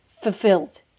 fulfilled